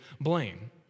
blame